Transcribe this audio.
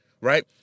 right